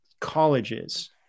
colleges